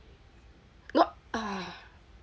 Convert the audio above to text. ah